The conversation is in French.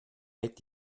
est